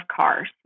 cars